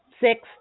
Six